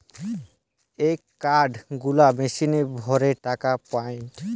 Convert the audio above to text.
এ card গুলা মেশিনে ভরে টাকা পায়টে